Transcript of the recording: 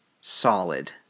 solid